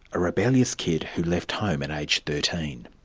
a rebellious kid who left home at age thirteen.